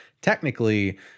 technically